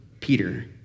Peter